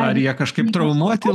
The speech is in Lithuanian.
ar jie kažkaip traumuoti